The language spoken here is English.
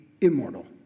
immortal